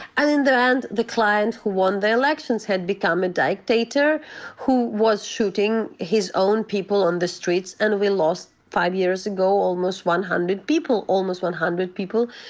and in the end the client who won the elections had become a dictator who was shooting his own people on the streets. and we lost five years ago almost one hundred people. almost one hundred people,